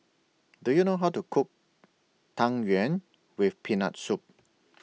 Do YOU know How to Cook Tang Yuen with Peanut Soup